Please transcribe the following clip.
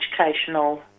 educational